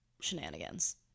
shenanigans